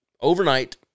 overnight